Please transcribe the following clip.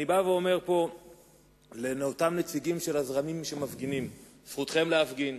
אני בא ואומר פה לאותם נציגים של הזרמים שמפגינים: זכותכם להפגין,